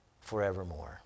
forevermore